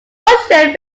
associate